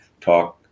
talk